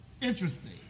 interesting